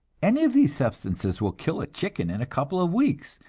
any of these substances will kill a chicken in a couple of weeks,